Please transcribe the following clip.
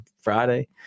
Friday